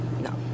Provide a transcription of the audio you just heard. No